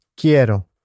Quiero